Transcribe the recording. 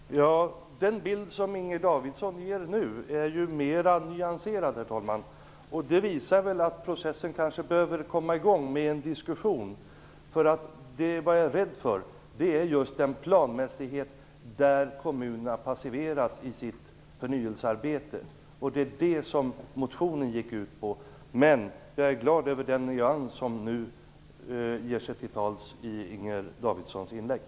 Herr talman! Den bild som Inger Davidson nu ger är mer nyanserad. Detta visar att processen behöver komma i gång med en diskussion. Jag är just rädd för en planmässighet som gör att kommunerna passiveras i sitt förnyelsearbete. Det är det som motionen gick ut på. Jag är glad över den nyans som nu finns i Inger